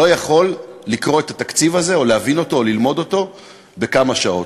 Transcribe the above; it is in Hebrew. לא יכול לקרוא את התקציב הזה או להבין אותו או ללמוד אותו בכמה שעות.